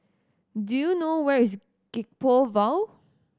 do you know where is Gek Poh Ville